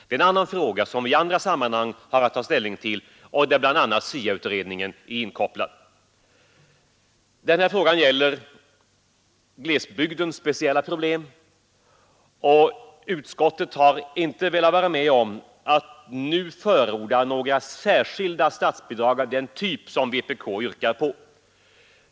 Det är en fråga som vi har att ta ställning till i andra sammanhang och där bl.a. SIA-utredningen är inkopplad. Den här frågan gäller glesbygdens speciella problem. Utskottet har inte velat vara med om att nu förorda några särskilda statsbidrag av den typ som vpk yrkar på.